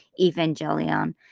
Evangelion